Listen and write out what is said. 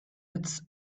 its